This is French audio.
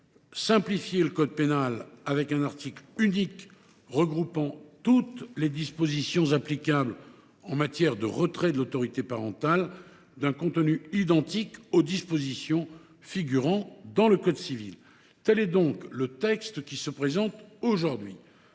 simplifier le code pénal, par l’introduction d’un article unique regroupant toutes les dispositions applicables en matière de retrait de l’autorité parentale d’un contenu identique aux dispositions figurant dans le code civil. Tel est donc le texte qui vous est présenté aujourd’hui,